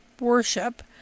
worship